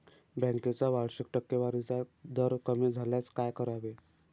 बँकेचा वार्षिक टक्केवारीचा दर कमी झाल्यास काय करावे?